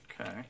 Okay